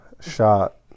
Shot